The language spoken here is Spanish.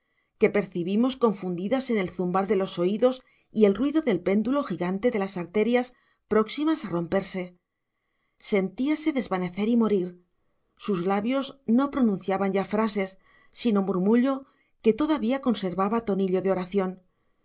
que percibimos confundidas con el zumbar de los oídos y el ruido de péndulo gigante de las arterias próximas a romperse sentíase desvanecer y morir sus labios no pronunciaban ya frases sino un murmullo que todavía conservaba tonillo de oración